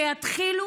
שיתחילו,